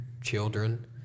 children